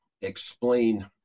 explain